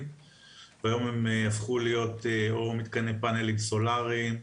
והיום הם הפכו להיות או מתקני פאנלים סולאריים,